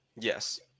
Yes